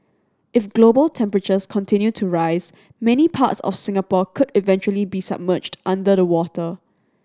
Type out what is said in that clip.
if global temperatures continue to rise many parts of Singapore could eventually be submerged under the water